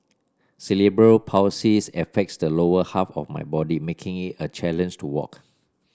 cerebral Palsys affects the lower half of my body making it a challenge to walk